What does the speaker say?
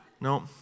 No